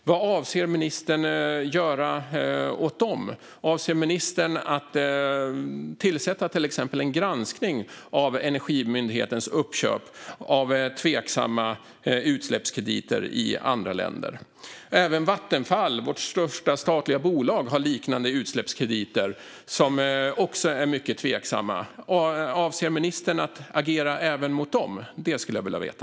Vad avser ministern att göra åt dem? Avser ministern att till exempel tillsätta en granskning av Energimyndighetens uppköp av tveksamma utsläppskrediter i andra länder? Även Vattenfall, vårt största statliga bolag, har liknande utsläppskrediter som också är mycket tveksamma. Avser ministern att agera även mot dem? Det skulle jag vilja veta.